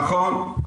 נכון.